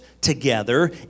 together